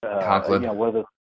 Conklin